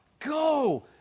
Go